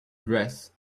dress